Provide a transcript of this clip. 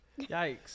yikes